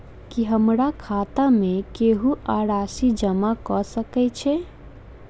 की हमरा खाता मे केहू आ राशि जमा कऽ सकय छई?